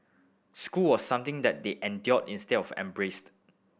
school was something that they endured instead of embraced